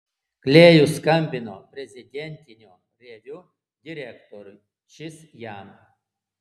klėjus skambino prezidentinio reviu direktoriui šis jam